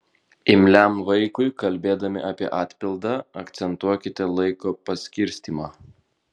imliam vaikui kalbėdami apie atpildą akcentuokite laiko paskirstymą